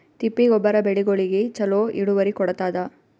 ತಿಪ್ಪಿ ಗೊಬ್ಬರ ಬೆಳಿಗೋಳಿಗಿ ಚಲೋ ಇಳುವರಿ ಕೊಡತಾದ?